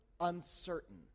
uncertain